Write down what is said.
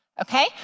Okay